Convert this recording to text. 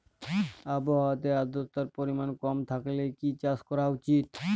আবহাওয়াতে আদ্রতার পরিমাণ কম থাকলে কি চাষ করা উচিৎ?